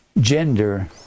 gender